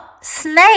snake